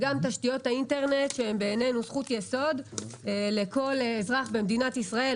גם תשתיות האינטרנט שבעינינו הן זכות יסוד לכל אזרח במדינת ישראל,